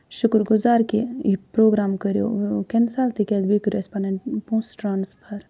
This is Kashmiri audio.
شُکُر گُزار کہِ یہِ پروگرام کٔرِو کینسَل تِکیازِ بیٚیہِ کٔرِو اَسہِ پَنٕنۍ پونٛسہٕ ٹرٛانسفر